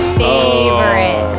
favorite